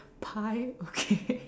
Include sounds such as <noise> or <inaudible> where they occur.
pie okay <laughs>